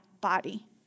body